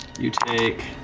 you take